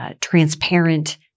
Transparent